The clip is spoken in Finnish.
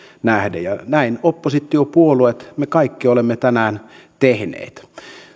nähden ja näin oppositiopuolueet me kaikki olemme tänään tehneet